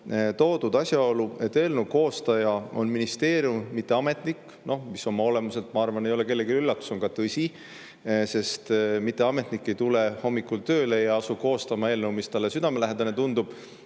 toodud asjaolu, et eelnõu koostaja on ministeerium, mitte ametnik. See oma olemuselt, ma arvan, ei ole kellelegi üllatus ja see on ka tõsi, sest ametnik ei tule hommikul tööle ja ei asu koostama eelnõu, mis talle südamelähedane tundub,